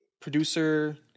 producer